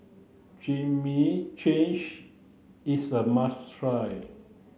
Chimichangas is a must try